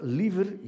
liever